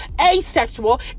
asexual